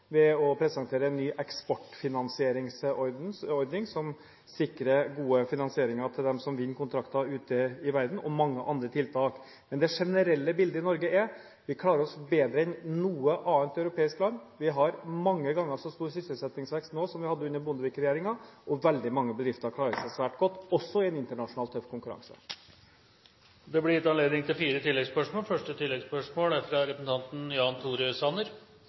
ved å presentere en ny eksportfinansieringsordning, som sikrer god finansiering til dem som vinner kontrakter ute i verden, og mange andre tiltak. Men det generelle bildet i Norge er at vi klarer oss bedre enn noe annet europeisk land. Vi har mange ganger så stor sysselsettingsvekst nå som vi hadde under Bondevik-regjeringen. Veldig mange bedrifter klarer seg svært godt, også i en internasjonalt tøff konkurranse. Det blir